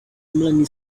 melanie